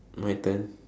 my turn